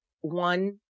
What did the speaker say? one